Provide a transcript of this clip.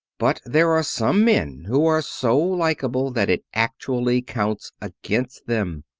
but there are some men who are so likable that it actually counts against them.